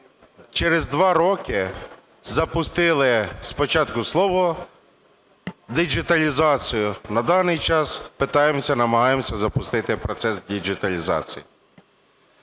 через два роки запустили спочатку слово "діджиталізація", на даний час пытаемся, намагаємося запустити процес діджиталізації.